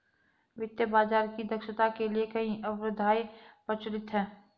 वित्तीय बाजार की दक्षता के लिए कई अवधारणाएं प्रचलित है